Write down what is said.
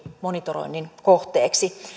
monitoroinnin kohteeksi